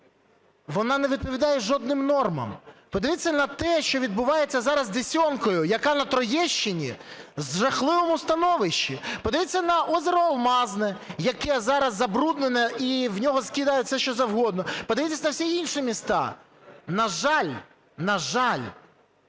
вона не відповідає жодним нормам. Подивіться на те, що відбувається зараз з Десенкою, яка на Троєщині у жахливому становищі. Подивіться на озеро Алмазне, яке зараз забруднене і в нього скидається що завгодно, подивіться на всі інші міста. На жаль, на жаль,